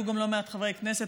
והיו גם לא מעט חברי כנסת.